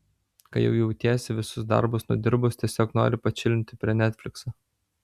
kai jau jautiesi visus darbus nudirbus tiesiog nori pačilinti prie netflikso